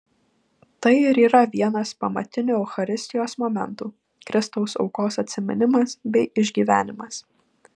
tai ir yra vienas pamatinių eucharistijos momentų kristaus aukos atsiminimas bei išgyvenimas